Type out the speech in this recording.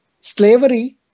slavery